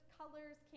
colors